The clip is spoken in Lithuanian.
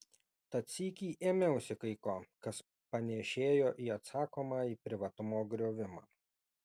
tad sykį ėmiausi kai ko kas panėšėjo į atsakomąjį privatumo griovimą